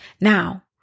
Now